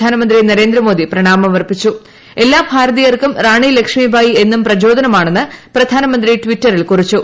പ്രധാനമന്ത്രി നരേന്ദ്രമോദി എല്ലാ ഭാരതീയർക്കും റാണി ലക്ഷ്മിഭായി എന്നും പ്രചോദനമാണെന്ന് പ്രധാനമന്ത്രി ടിറ്ററിൽ കുറിച്ചു